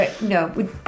no